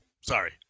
Sorry